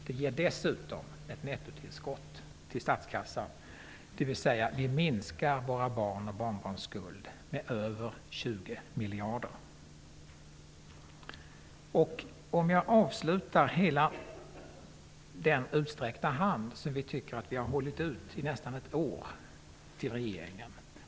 Det ger dessutom ett nettotillskott till statskassan vilket minskar våra barns och barnbarns skuld med över Låt mig till sist peka på vår utsträckta hand, en hand som vi under nästan ett år har hållit fram till regeringen.